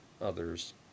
others